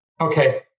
okay